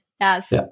Yes